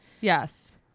Yes